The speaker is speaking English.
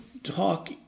talk